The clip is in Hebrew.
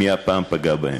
מי הפעם פגע בהם.